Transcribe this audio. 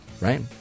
right